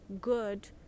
good